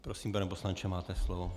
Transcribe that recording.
Prosím, pane poslanče, máte slovo.